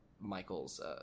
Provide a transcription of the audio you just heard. Michael's